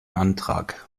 antrag